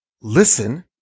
listen